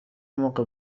موقع